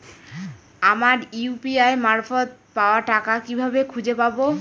আমার ইউ.পি.আই মারফত পাওয়া টাকা কিভাবে খুঁজে পাব?